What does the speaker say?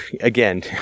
Again